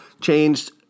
changed